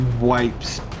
wipes